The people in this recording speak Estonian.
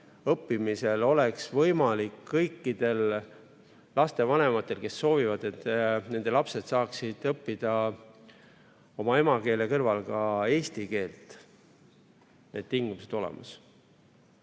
puhul oleks kõikidel lastevanematel, kes soovivad, et nende lapsed saaksid õppida oma emakeele kõrval ka eesti keelt, need tingimused olemas.